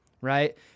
right